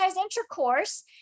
intercourse